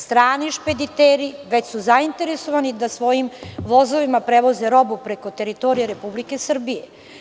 Strani špediteri već su zainteresovani da svojim vozovima prevoze robu preko teritorije Republike Srbije.